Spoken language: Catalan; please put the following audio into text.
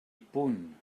punt